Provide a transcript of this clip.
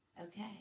Okay